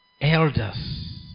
elders